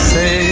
Say